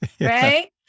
right